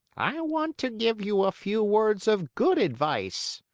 i want to give you a few words of good advice.